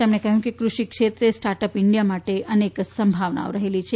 તેમણે કહ્યું કે કૃષિ ક્ષેત્રે સ્ટાર્ટઅપ ઇન્ડિયા માટે અનેક સંભાવનાઓ રહેલી છે